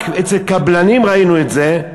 רק אצל קבלנים ראינו את זה.